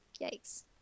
yikes